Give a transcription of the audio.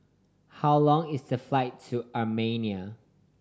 how long is the flight to Armenia